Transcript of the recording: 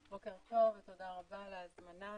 בוקר טוב, תודה רבה על ההזמנה.